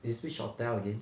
is which hotel again